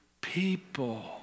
people